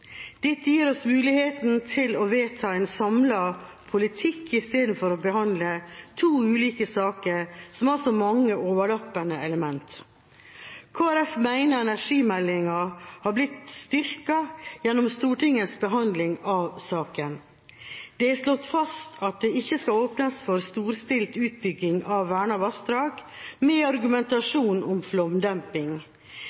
Dette gir oss muligheten til å vedta en samlet politikk i stedet for å behandle to ulike saker som har så mange overlappende elementer. Kristelig Folkeparti mener energimeldinga har blitt styrket gjennom Stortingets behandling av saken. Det er slått fast at det ikke skal åpnes for storstilt utbygging av vernede vassdrag med